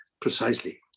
precisely